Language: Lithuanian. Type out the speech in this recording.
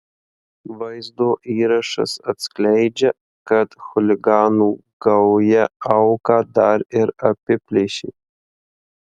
vaizdo įrašas atskleidžia kad chuliganų gauja auką dar ir apiplėšė